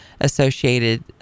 associated